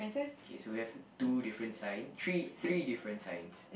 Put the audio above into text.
okay so we have two different signs three three different signs